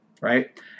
right